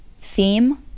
theme